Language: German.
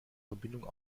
verbindung